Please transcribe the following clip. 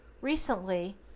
Recently